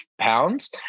pounds